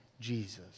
Jesus